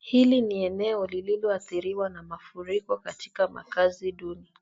Hili ni eneo lililoathiriwa na mafuriko katika makazi duni.